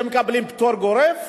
שמקבלים פטור גורף?